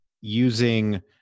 using